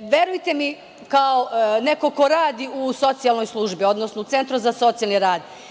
Verujte mi, kao neko ko radi u socijalnoj službi, odnosno u Centru za socijalni rad,